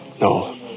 no